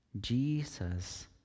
Jesus